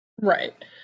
right